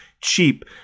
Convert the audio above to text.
cheap